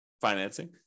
financing